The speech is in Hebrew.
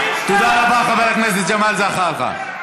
תודה רבה, חבר הכנסת ג'מאל זחאלקה.